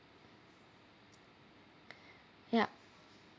yup